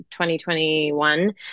2021